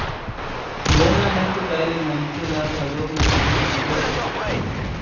loan ल नइ चुकाए ले मनखे ल घलोक नुकसानी होथे